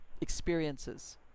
experiences